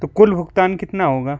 तो कुल भुगतान कितना होगा